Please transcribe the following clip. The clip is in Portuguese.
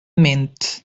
mente